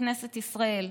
בכנסת ישראל.